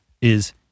is-